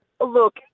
Look